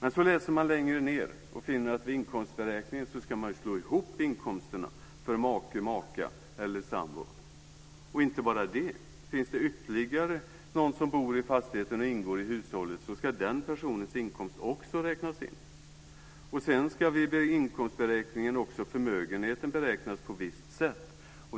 Men så läser man längre ned och finner att vid inkomstberäkningen ska inkomsterna slås ihop för make och maka eller sambor. Och inte bara det, om det finns ytterligare någon som bor i fastigheten och ingår i hushållet ska den personens inkomst också räknas in. Sedan ska vid inkomstberäkningen också förmögenheten beräknas på visst sätt.